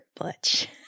butch